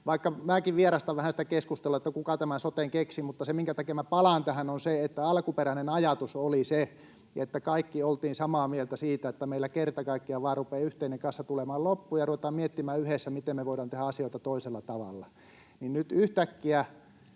vaikka minäkin vierastan vähän sitä keskustelua siitä, kuka tämän soten keksi, mutta syy, minkä takia minä palaan tähän, on se, että alkuperäinen ajatus oli se ja me kaikki oltiin samaa mieltä siitä — että meillä kerta kaikkiaan vain rupeaa yhteinen kassa tulemaan loppuun ja ruvetaan miettimään yhdessä, miten me voidaan tehdä asioita toisella tavalla. Nyt yhtäkkiä